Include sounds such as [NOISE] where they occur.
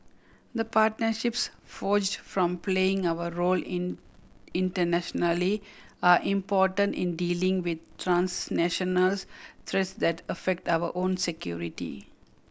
the partnerships forged from playing our role in internationally are important in dealing with transnational [UNINTELLIGIBLE] threats that affect our own security